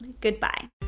Goodbye